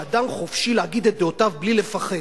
שאדם חופשי להגיד את דעותיו בלי לפחד.